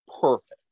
perfect